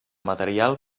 material